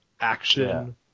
action